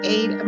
Aid